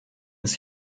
ist